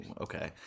okay